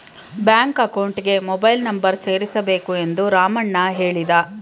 bank ಅಕೌಂಟ್ಗೆ mobile number ಸೇರಿಸಬೇಕು ಎಂದು ರಾಮಣ್ಣ ಹೇಳಿದ